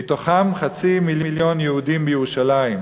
מהם חצי מיליון יהודים בירושלים.